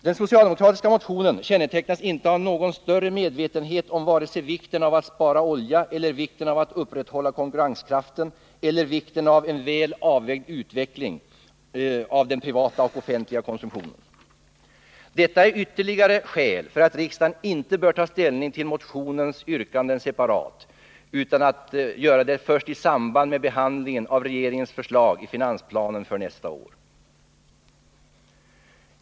Den socialdemokratiska motionen kännetecknas inte av någon större medvetenhet om vare sig vikten av att spara olja, vikten av att upprätthålla konkurrenskraften eller vikten av en väl avvägd utveckling av den privata och den offentliga konsumtionen. Detta är ytterligare skäl för att riksdagen inte bör ta ställning till motionens yrkanden separat utan göra det först i samband med behandlingen av regeringens förslag i finansplanen för nästa år.